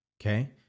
Okay